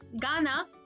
Ghana